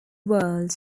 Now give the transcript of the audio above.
world